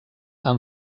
amb